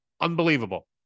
unbelievable